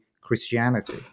Christianity